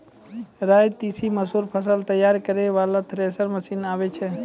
राई तीसी मसूर फसल तैयारी करै वाला थेसर मसीन आबै छै?